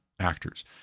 actors